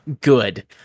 good